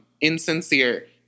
insincere